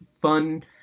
fun